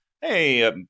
hey